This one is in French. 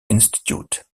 institute